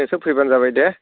नोंसोर फैबानो जाबाय दे